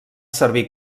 servir